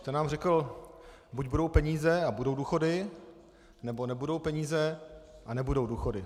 Ten nám řekl buď budou peníze a budou důchody, nebo nebudou peníze a nebudou důchody.